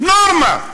נורמה.